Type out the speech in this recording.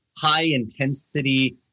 high-intensity